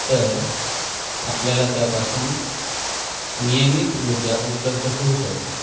तर आपल्याला त्यापासून नियमित ऊर्जा उपलब्ध होऊ शकते